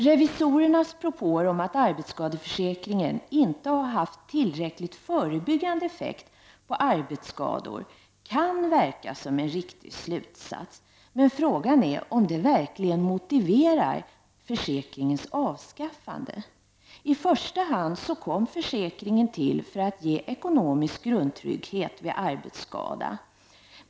Revisorernas propåer om att arbetsskadeförsäkringen inte har haft tillräckligt förebyggande effekt när det gäller arbetsskador kan synas vara en riktig slutsats. Men frågan är om det verkligen motiverar försäkringens avskaffande. I första hand kom försäkringen till för att ge ekonomisk grundtrygghet vid arbetsskada.